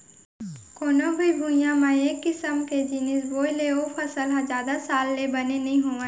कोनो भी भुइंया म एक किसम के जिनिस बोए ले ओ फसल ह जादा साल ले बने नइ होवय